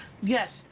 yes